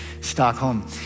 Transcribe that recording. Stockholm